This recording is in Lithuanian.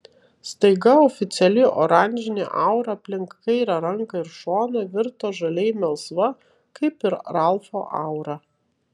staiga oficiali oranžinė aura aplink kairę ranką ir šoną virto žaliai melsva kaip ir ralfo aura